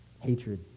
Hatred